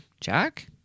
Jack